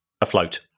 afloat